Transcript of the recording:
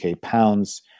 pounds